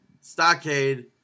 Stockade